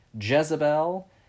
Jezebel